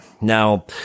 Now